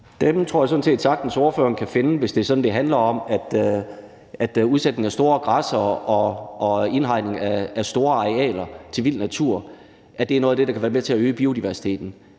Dem tror jeg sådan set sagtens ordføreren kan finde, hvis det er sådan, at det handler om, at udsætning af store græssere og indhegning af store arealer til vild natur er noget af det, der kan være med til at øge biodiversiteten.